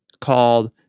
called